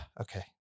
okay